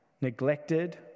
neglected